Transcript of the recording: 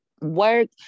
work